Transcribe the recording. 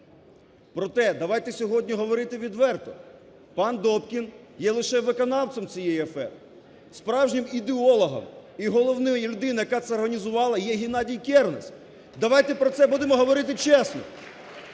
Проте давайте сьогодні говорити відверто: пан Добкін є лише виконавцем цієї афери. Справжнім ідеологом і головною людиною, яка це організувала, є Геннадій Кернес. Давайте про це будемо говорити чесно.